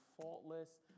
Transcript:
faultless